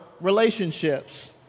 relationships